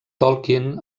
tolkien